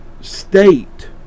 state